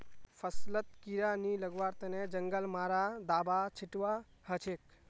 फसलत कीड़ा नी लगवार तने जंगल मारा दाबा छिटवा हछेक